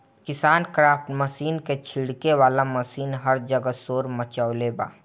KisanKraft machine क छिड़के वाला मशीन हर जगह शोर मचवले बा